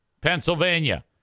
Pennsylvania